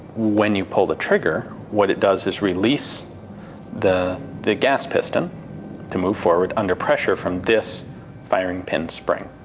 when you pull the trigger, what it does is release the the gas piston to move forward under pressure from this firing pin spring.